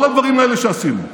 כל הדברים האלה שעשינו,